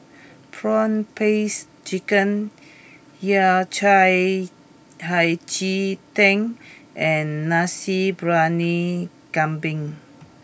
Prawn Paste Chicken Yao Cai Hei Ji Tang and Nasi Briyani Kambing